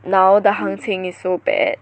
now the 行情 is so bad